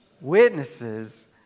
Witnesses